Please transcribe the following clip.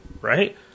right